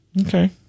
Okay